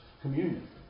communion